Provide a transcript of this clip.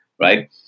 Right